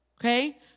Okay